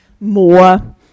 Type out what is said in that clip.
more